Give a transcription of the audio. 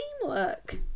teamwork